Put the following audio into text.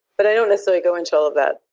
but i don't necessarily go into all of that.